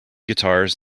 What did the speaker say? guitars